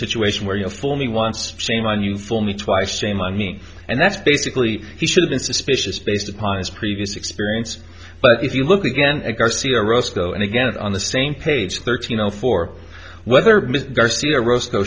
situation where you know for me once shame on you fool me twice shame on me and that's basically he should've been suspicious based upon his previous expect but if you look again at garcia rosko and again on the same page thirteen zero four whether mr garcia rosko shou